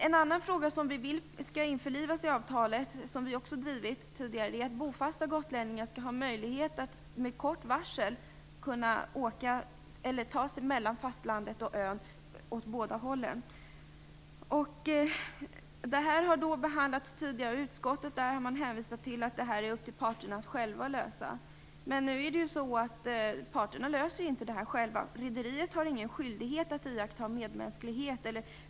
En annan fråga som vi vill skall införlivas i avtalet och som vi också har drivit tidigare är att bofasta gotlänningar skall ha möjlighet att med kort varsel kunna ta sig mellan fastlandet och ön åt båda hållen. Den här frågan har behandlats tidigare av utskottet. Utskottet har då hänvisat till att det är parternas sak att lösa den här frågan. Men det är ju så att parterna inte själva löser det här problemet. Rederiet har ingen skyldighet att iaktta medmänsklighet.